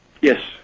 Yes